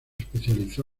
especializó